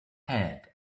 head